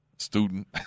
Student